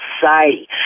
society